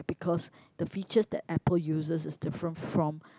because the features that Apple uses is different from